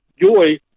joy